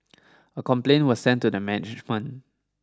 a complaint was sent to the management